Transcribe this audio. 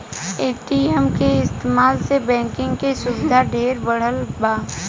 ATM के इस्तमाल से बैंकिंग के सुविधा ढेरे बढ़ल बा